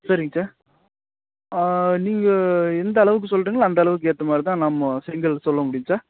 சரிங்க சார் நீங்கள் எந்த அளவுக்கு சொல்கிறிங்களோ அந்த அளவுக்கு ஏற்ற மாதிரிதான் நம்ம செங்கல் சொல்ல முடியும் சார்